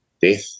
death